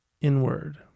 inward